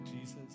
Jesus